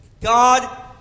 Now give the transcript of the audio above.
God